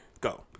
Go